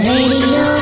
Radio